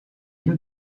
new